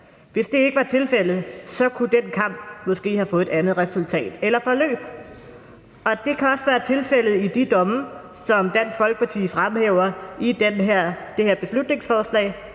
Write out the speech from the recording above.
hvis det ikke havde været tilfældet, kunne den kamp måske have fået et andet resultat eller forløb. Det kan også være tilfældet i de domme, som forslagsstillerne fra Dansk Folkeparti fremhæver i det her beslutningsforslag,